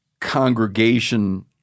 congregation